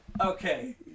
okay